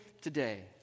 today